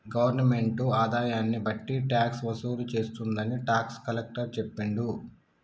government ఆదాయాన్ని బట్టి tax వసూలు చేస్తుందని టాక్స్ కలెక్టర్ చెప్పిండు